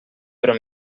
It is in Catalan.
però